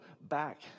back